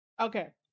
Okay